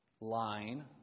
line